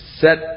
set